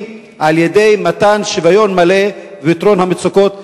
על-ידי מתן שוויון מלא ופתרון המצוקות,